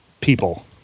people